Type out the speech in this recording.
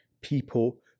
people